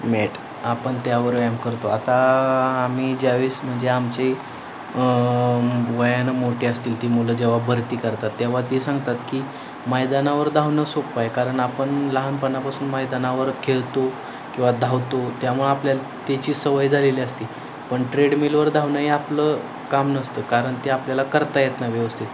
mat आपण त्यावर व्यायाम करतो आता आम्ही ज्या वेळेस म्हणजे आमचे वयानं मोठी असतील ती मुलं जेव्हा भरती करतात तेव्हा ते सांगतात की मैदानावर धावणं सोप आहे कारण आपण लहानपणापासून मैदानावर खेळतो किंवा धावतो त्यामुळं आपल्याला त्याची सवय झालेली असती पण ट्रेडमिलवर धावणं हे आपलं काम नसतं कारण ते आपल्याला करता येत नाही व्यवस्थित